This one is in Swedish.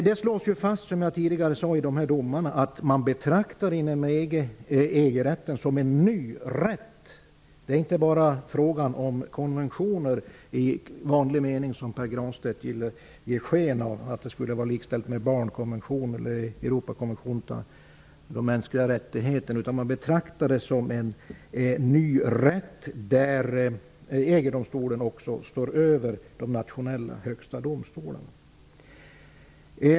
Det slås fast i domarna, som jag tidigare sade, att man inom EG betraktar EG-rätten som en ny rätt. Det är inte bara fråga om en konvention i vanlig mening, som Pär Granstedt ville ge sken av, dvs. att den skulle vara likställd med barnkonventionen eller Europakonventionen om mänskliga rättigheter. Man betraktar EG-rätten som en ny rätt, där EG-domstolen också står över de nationella högsta domstolarna.